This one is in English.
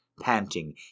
panting